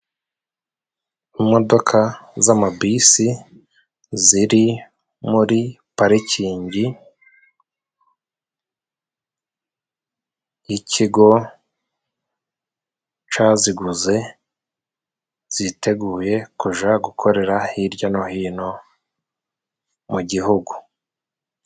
Imodoka z'amabisi ziri muri parikingi y'ikigo caziguze, ziteguye kuja gukorera hirya no hino mu gihugu.